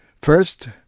First